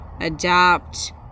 adapt